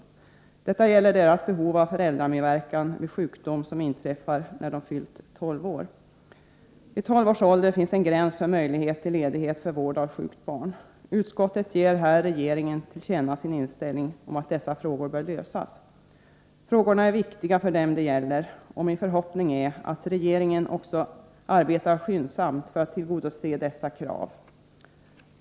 Främst gäller det deras behov av föräldramedverkan vid sjukdom som inträffar när de fyllt tolv år. Vid tolv års ålder finns en gräns för möjlighet till ledighet för vård av sjukt barn. Utskottet vill här ge regeringen till känna sin inställning, att dessa frågor bör lösas. De är viktiga för dem det gäller, och min förhoppning är att regeringen också arbetar skyndsamt för att tillgodose dessa krav.